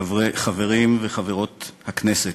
חברי וחברות הכנסת,